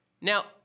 Now